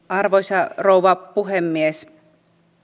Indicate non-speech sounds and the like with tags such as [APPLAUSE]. [UNINTELLIGIBLE] arvoisa rouva puhemies